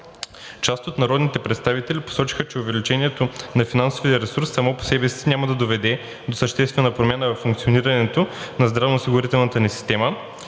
Част от народните представители посочиха, че увеличаването на финансовия ресурс само по себе си няма да доведе до съществена промяна във функционирането на здравноосигурителната ни система,